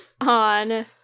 on